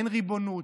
אין ריבונות.